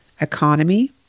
economy